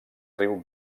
riu